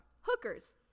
hookers